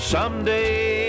Someday